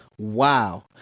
Wow